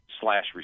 slash